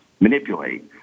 manipulate